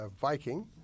Viking